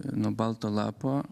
nuo balto lapo